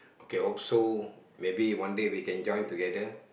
okay also maybe one day we can join together